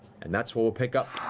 and that's where we'll pick up